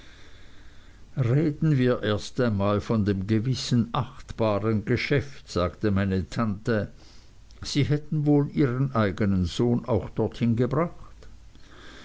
reden wir erst einmal von dem gewissen achtbaren geschäft sagte meine tante sie hätten wohl ihren eignen sohn auch dorthin gebracht